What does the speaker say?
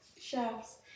chefs